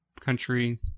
country